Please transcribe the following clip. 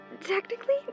technically